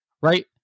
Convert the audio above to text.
right